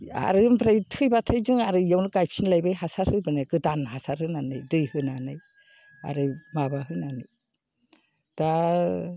आरो ओमफ्राय थैबाथाय आरो जों बियावनो गायफिनलायबाय हासार होबोनाय गोदान हासार होनानै दै होनानै आरो माबा होनानै दा